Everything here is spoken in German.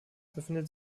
befindet